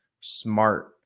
smart